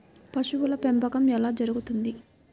పశువుల పెంపకం ఎలా జరుగుతుంది?